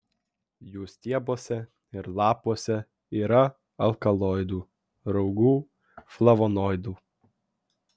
jų stiebuose ir lapuose yra alkaloidų raugų flavonoidų